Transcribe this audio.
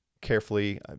carefully